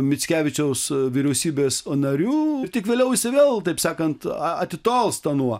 mickevičiaus vyriausybės nariu tik vėliau jisai vėl taip sakant atitolsta nuo